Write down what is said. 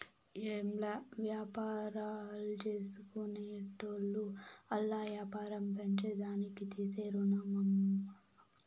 ఏంలా, వ్యాపారాల్జేసుకునేటోళ్లు ఆల్ల యాపారం పెంచేదానికి తీసే రుణమన్నా